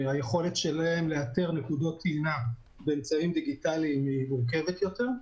שהיכולת שלהן לאתר נקודות טעינה באמצעים דיגיטליים היא מורכבת יותר.